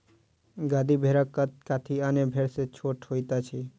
गद्दी भेड़क कद काठी अन्य भेड़ सॅ छोट होइत अछि